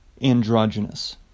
androgynous